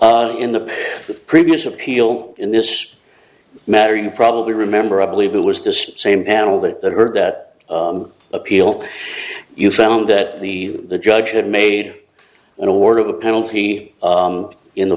two in the previous appeal in this matter you probably remember i believe it was the same panel that heard that appeal you found that the the judge had made an award of a penalty in the